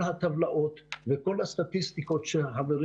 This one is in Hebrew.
כל הסטטיסטיקות וכל הטבלאות שהחברים